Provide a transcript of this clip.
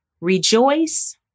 Rejoice